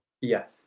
yes